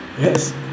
Yes